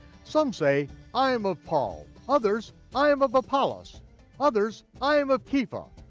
some say i am of paul, others i am of of paulos. others, i am of kefa,